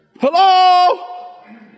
Hello